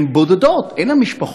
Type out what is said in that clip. הן בודדות, אין להן משפחות.